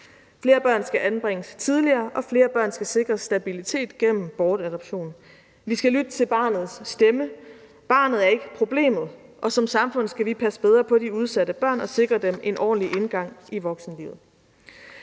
Flere børn skal anbringes tidligere, og flere børn skal sikres stabilitet gennem bortadoption. Vi skal lytte til barnets stemme – barnet er ikke problemet – og som samfund skal vi passe bedre på de udsatte børn og sikre dem en ordentlig indgang til voksenlivet.